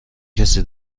کسی